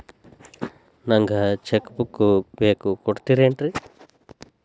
ನಂಗ cheque book ಬೇಕು ಕೊಡ್ತಿರೇನ್ರಿ?